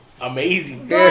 amazing